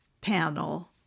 panel